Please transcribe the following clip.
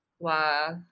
wow